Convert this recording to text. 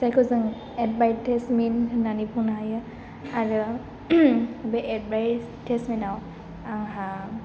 जायखौ जों एडटाइसमेन होनानै बुंनो हायो आरो बे एडभाइटेसमेनाव आंहा